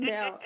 Now